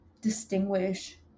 distinguish